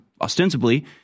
ostensibly